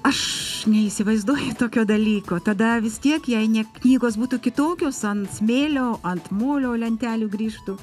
aš neįsivaizduoju tokio dalyko tada vis tiek jei ne knygos būtų kitokios ant smėlio ant molio lentelių grįžtų